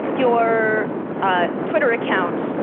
your ah twitter account,